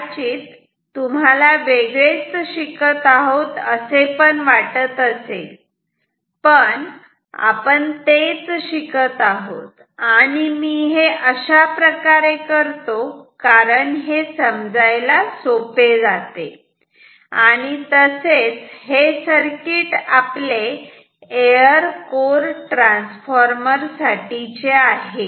कदाचित तुम्हाला वेगळेच शिकत आहोत असे वाटत असेल पण आपण तेच शिकत आहोत आणि मी हे अशा प्रकारे करतो कारण हे समजायला सोपे जाते आणि तसेच हे सर्किट आपले एअर कोर ट्रान्सफॉर्मर साठीचे आहे